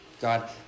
God